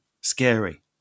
scary